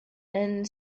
and